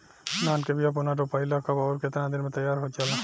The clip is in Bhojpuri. धान के बिया पुनः रोपाई ला कब और केतना दिन में तैयार होजाला?